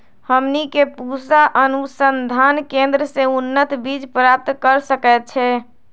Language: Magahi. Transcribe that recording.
हमनी के पूसा अनुसंधान केंद्र से उन्नत बीज प्राप्त कर सकैछे?